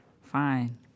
fine